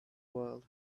world